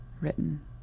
written